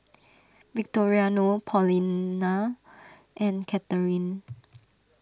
Victoriano Paulina and Katharyn